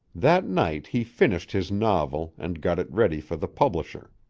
that night he finished his novel and got it ready for the publisher.